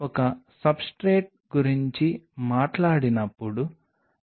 ఇందులో 3 అమైనో సమూహాలు ఉన్నాయి అవి ఇక్కడ ఉన్నాయి వీటిలో కొన్ని అమైనో సమూహాలు ఇక్కడ కూడా ఉన్నాయి